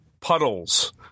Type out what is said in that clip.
puddles